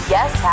Yes